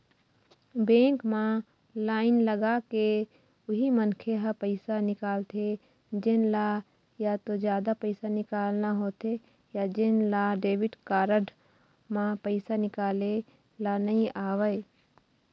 bank म line लगाके उही मनखे ह पइसा निकालथे जेन ल या तो जादा पइसा निकालना होथे या जेन ल डेबिट कारड म पइसा निकाले ल नइ आवय